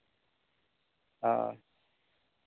ᱦᱳᱭ